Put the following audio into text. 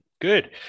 Good